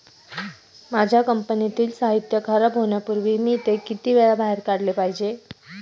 माझ्या कंपनीतील साहित्य खराब होण्यापूर्वी मी ते किती वेळा बाहेर काढले पाहिजे?